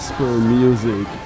Music